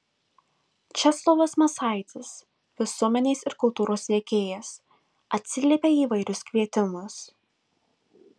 česlovas masaitis visuomenės ir kultūros veikėjas atsiliepia į įvairius kvietimus